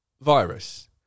virus